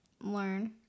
learn